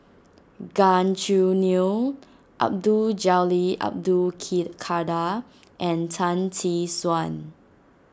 Gan Choo Neo Abdul Jalil Abdul Ki Kadir and Tan Tee Suan